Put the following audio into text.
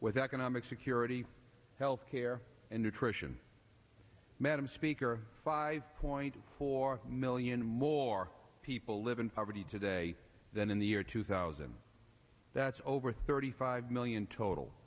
with economic security health care and nutrition madame speaker five point four million more people live in poverty today than in the year two thousand that's over thirty five million total